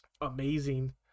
amazing